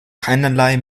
keinerlei